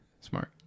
Smart